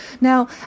Now